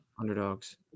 underdogs